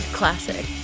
classic